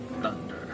thunder